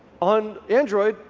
on android,